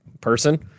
person